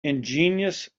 ingenious